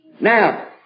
Now